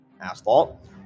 asphalt